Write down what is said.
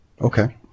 Okay